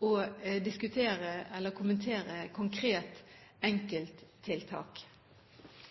og diskutere eller kommentere et konkret